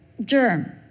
germ